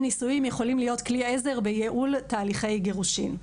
נישואים יכולים להיות כלי עזר בייעול תהליכי גירושים.